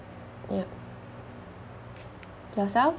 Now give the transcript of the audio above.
yup yourself